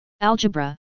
Algebra